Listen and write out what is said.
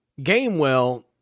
Gamewell